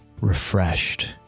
refreshed